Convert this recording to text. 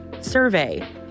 survey